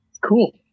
Cool